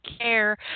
care